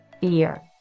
fear